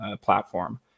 platform